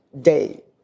day